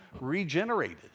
regenerated